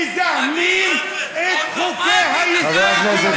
אתם מזהמים את חוקי-היסוד של,